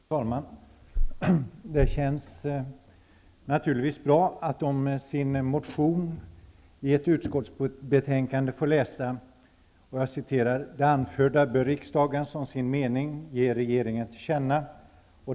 Herr talman! Det känns naturligtvis bra att i ett utskottsbetänkande få läsa följande om sin motion: ''Det anförda bör riksdagen som sin mening ge regeringen till känna.